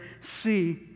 see